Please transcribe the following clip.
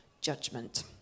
judgment